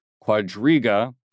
Quadriga